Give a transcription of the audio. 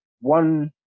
one